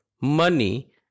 money